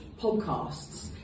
podcasts